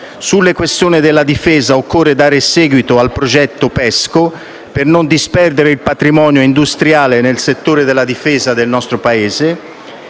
Sulla questione della difesa occorre dare seguito al progetto PESCO, per non disperdere il patrimonio industriale nel settore della difesa del nostro Paese